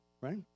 right